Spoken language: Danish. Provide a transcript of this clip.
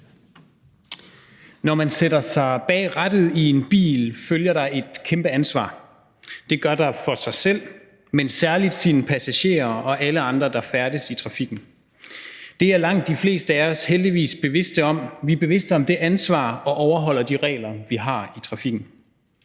Når man sætter sig bag rattet i en bil, følger der et kæmpe ansvar med, det gør der for en selv, men særlig for ens passagerer og alle andre, der færdes i trafikken. Det er langt de fleste af os heldigvis bevidste om. Vi er bevidste om det ansvar og overholder de regler, vi har i trafikken.